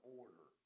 order